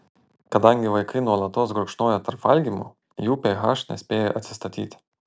kadangi vaikai nuolatos gurkšnoja tarp valgymų jų ph nespėja atsistatyti